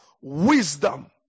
wisdom